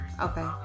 okay